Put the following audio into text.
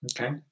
okay